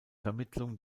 vermittlung